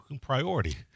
priority